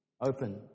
open